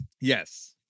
Yes